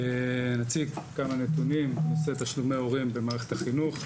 אציג כמה נתונים בנושא תשלומי הורים במערכת החינוך.